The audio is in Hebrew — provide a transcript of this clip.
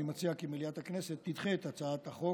אני מציע כי מליאת הכנסת תדחה את הצעת החוק,